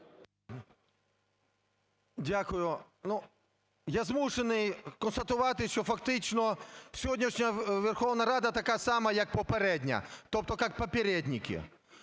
Дякую. Ну я змушений констатувати, що фактично сьогоднішня Верховна Рада така сама, як попередня, тобто как попередники.